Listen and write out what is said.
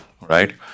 right